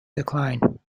decline